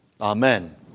Amen